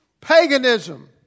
paganism